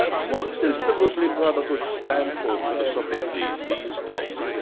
but what does the muslim brotherhood stand for philosophically these days?